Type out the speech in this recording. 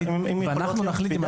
כדי שלא תחקרו בעבירות האלה.